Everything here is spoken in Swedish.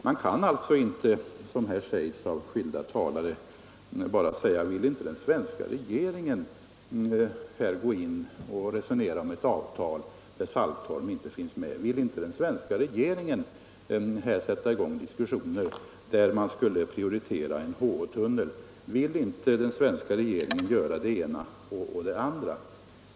Man kan alltså inte, som skilda talare här gör, tala om att den svenska regeringen skulle gå in och resonera om ett avtal där Saltholm inte finns med, att den svenska regeringen skulle sätta i gång diskussioner för att prioritera en HH-tunnel, att den svenska regeringen skulle göra det ena och det andra.